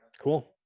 Cool